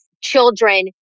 children